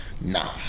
nah